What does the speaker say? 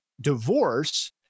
divorce